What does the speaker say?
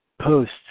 post